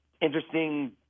interesting